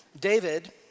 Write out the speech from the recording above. David